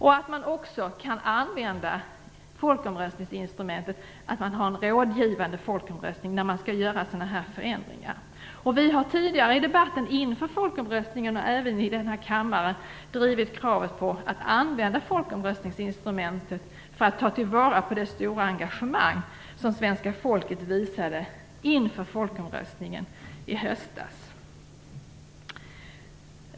Man bör också kunna använda folkomröstningsinstrumentet och ha en rådgivande folkomröstning när man skall göra sådana här förändringar. Vi har tidigare i debatterna inför folkomröstningarna, och även i denna kammare, drivit kravet på att använda folkomröstningsinstrumentet för att ta till vara det stora engagemang som det svenska folket visade inför folkomröstningen i höstas.